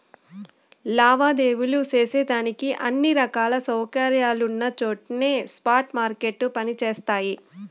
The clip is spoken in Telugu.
లావాదేవీలు సేసేదానికి అన్ని రకాల సౌకర్యాలున్నచోట్నే స్పాట్ మార్కెట్లు పని జేస్తయి